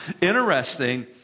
Interesting